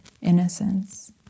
innocence